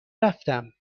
رفتم